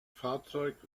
fahrzeug